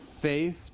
Faith